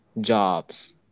jobs